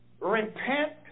Repent